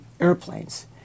airplanes